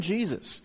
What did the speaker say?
Jesus